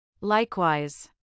Likewise